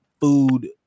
food